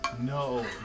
No